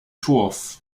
turf